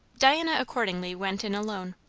diana accordingly went in alone.